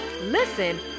listen